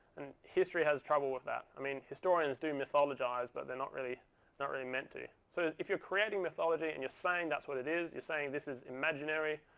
history has trouble with that. i mean historians do mythologize. but they're not really not really meant to. so if you're creating mythology, and you're saying that's what it is, you're saying this is imaginary,